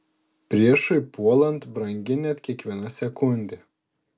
priešui puolant brangi net kiekviena sekundė